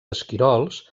esquirols